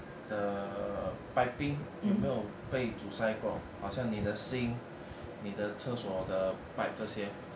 的 piping 有没有被阻塞过好像你的 sink 你的厕所的 pipe 这些